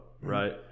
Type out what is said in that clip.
right